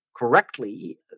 correctly